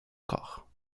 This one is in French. corps